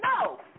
No